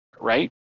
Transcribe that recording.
right